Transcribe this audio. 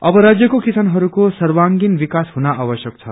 अब राज्यको किसानहरूको सर्वागिण विकास हुन आवश्यक छ